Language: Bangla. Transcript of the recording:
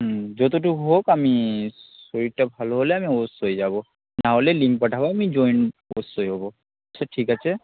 হুম যতটুকু হোক আমি শরীরটা ভালো হলে আমি অবশ্যই যাব না হলে লিঙ্ক পাঠাবে আমি জয়েন অবশ্যই হব আচ্ছা ঠিক আছে